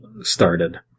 started